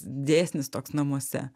dėsnis toks namuose